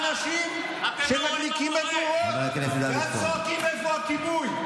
אתם האנשים שמדליקים מדורות ואז צועקים: איפה הכיבוי.